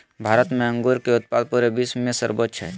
भारत में अंगूर के उत्पाद पूरे विश्व में सर्वोच्च हइ